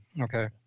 Okay